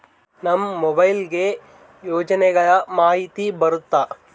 ನಮ್ ಮೊಬೈಲ್ ಗೆ ಯೋಜನೆ ಗಳಮಾಹಿತಿ ಬರುತ್ತ?